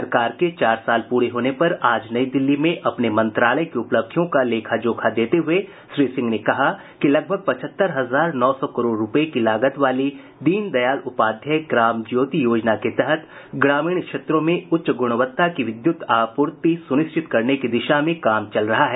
सरकार के चार साल पूरे होने पर आज नई दिल्ली में अपने मंत्रालय की उपलब्धियों का लेखा जोखा देते हुए श्री सिंह ने कहा कि लगभग पचहत्तर हजार नौ सौ करोड़ रुपये की लागत वाली दीनदयाल उपाध्याय ग्राम ज्योति योजना के तहत ग्रामीण क्षेत्रों में उच्च ग्रणवत्ता की विद्यूत आपूर्ति सुनिश्चित करने की दिशा में काम चल रहा है